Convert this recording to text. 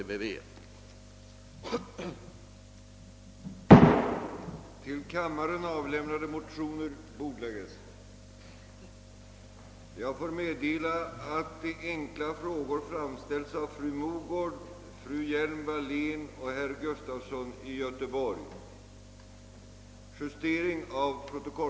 Som tiden nu var långt framskriden och flera talare anmält sig för yttrandes avgivande, beslöt kammaren på herr talmannens förslag att uppskjuta den fortsatta överläggningen till morgondagens plenum.